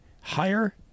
higher